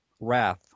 wrath